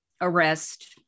arrest